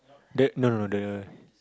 that no no the